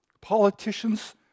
Politicians